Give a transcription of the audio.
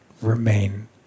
remain